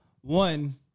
one